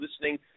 listening